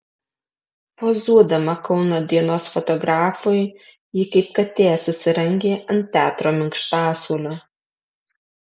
pozuodama kauno dienos fotografui ji kaip katė susirangė ant teatro minkštasuolio